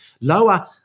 lower